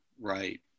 right